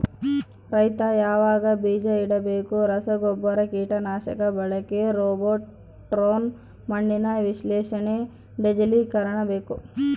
ರೈತ ಯಾವಾಗ ಬೀಜ ಇಡಬೇಕು ರಸಗುಬ್ಬರ ಕೀಟನಾಶಕ ಬಳಕೆ ರೋಬೋಟ್ ಡ್ರೋನ್ ಮಣ್ಣಿನ ವಿಶ್ಲೇಷಣೆ ಡಿಜಿಟಲೀಕರಣ ಬೇಕು